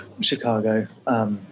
Chicago